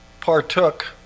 partook